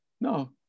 No